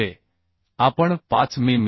म्हणजे आपण 5 मि